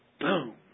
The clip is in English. Boom